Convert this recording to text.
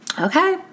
okay